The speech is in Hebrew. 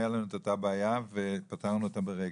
היה לנו את אותה בעיה ופתרנו אותה ברגע.